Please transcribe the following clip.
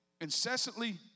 incessantly